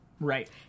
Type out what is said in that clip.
Right